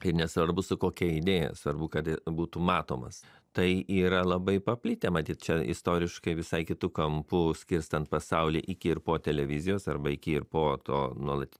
ir nesvarbu su kokia idėja svarbu kad e būtų matomas tai yra labai paplitę matyt čia istoriškai visai kitu kampu skirstant pasaulį iki ir po televizijos arba iki ir po to nuolat